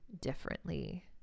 differently